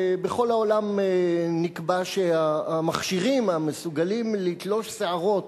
בכל העולם נקבע שהמכשירים המסוגלים לתלוש שערות,